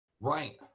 Right